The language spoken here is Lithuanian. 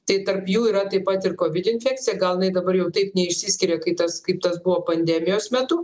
tai tarp jų yra taip pat ir kovid infekcija gal jinai dabar jau taip neišsiskiria kaip tas kaip tas buvo pandemijos metu